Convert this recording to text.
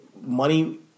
money